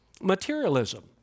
Materialism